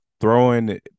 throwing